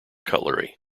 cutlery